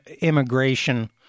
immigration